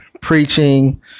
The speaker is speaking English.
preaching